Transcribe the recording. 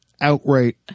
outright